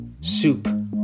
soup